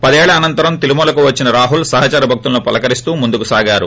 పదేళ్ల అనంతరం తిరుమల వచ్చిన రాహుల్ సహచర భక్తులను పలకరిస్తూ ముందుకు సాగారు